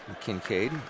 Kincaid